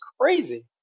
crazy